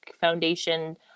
foundation